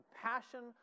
compassion